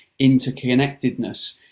interconnectedness